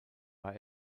war